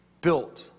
built